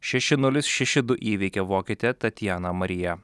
šeši nulis šeši du įveikė vokietę tatjaną mariją